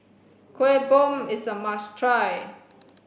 kueh bom is a must try